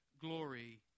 glory